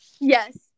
Yes